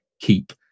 keep